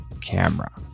camera